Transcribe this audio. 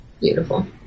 Beautiful